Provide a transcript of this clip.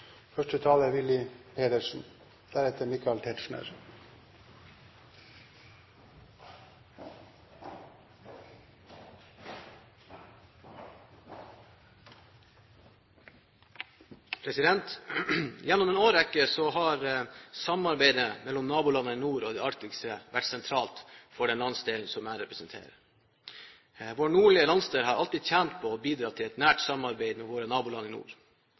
Gjennom en årrekke har samarbeidet mellom nabolandene i nord og i Arktis vært sentralt for den landsdelen jeg representerer. Vår nordlige landsdel har alltid tjent på, og bidratt til, et nært samarbeid med våre naboland i nord.